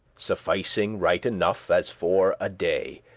sufficing right enough as for a day.